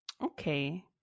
Okay